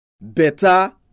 better